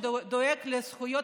שדואג לזכויות